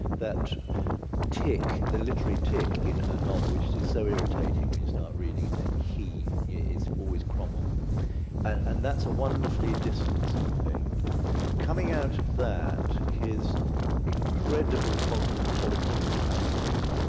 that tick, the literary tick in her novel which is so irritating when you start reading, is that he is always cromwell and that's a wonderfully distancing thing coming out of that his incredible cosmopolitan outlook.